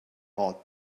ought